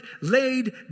laid